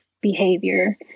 behavior